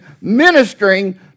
ministering